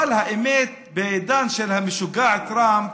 האמת, בעידן של המשוגע טראמפ